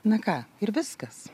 na ką ir viskas